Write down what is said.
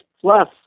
plus